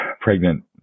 pregnant